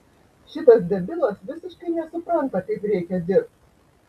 šitas debilas visiškai nesupranta kaip reikia dirbt